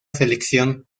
selección